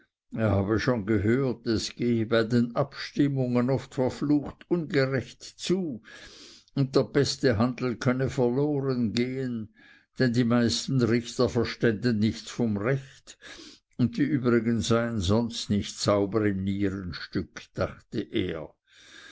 er habe schon gehört es gehe bei den abstimmungen oft verflucht ungerecht zu und der beste handel könne verloren gehen denn die meisten richter verständen nichts vom recht und die übrigen seien sonst nicht sauber im nierenstück dachte er